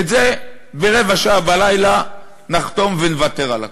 את זה ברבע שעה בלילה נחתום, ונוותר על הכול.